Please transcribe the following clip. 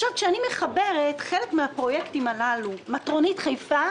מטרונית חיפה